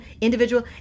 individual